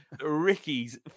Ricky's